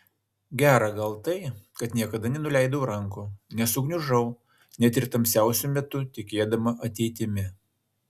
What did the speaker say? gera gal tai kad niekada nenuleidau rankų nesugniužau net ir tamsiausiu metu tikėdama ateitimi